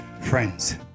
friends